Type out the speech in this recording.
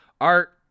art